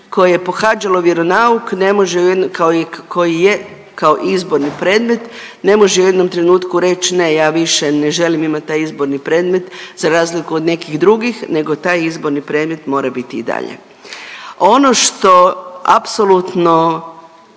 koje je pohađalo vjeronauk ne može, koji je kao izborni predmet, ne može u jednom trenutku reć, ne ja više ne želim imat taj izborni predmet za razliku od nekih drugih, nego taj izborni premet mora biti i dalje. Ono što apsolutno